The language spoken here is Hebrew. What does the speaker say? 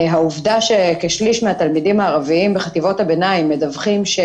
העובדה שכשליש מהתלמידים הערבים בחטיבות הביניים מדווחים על כך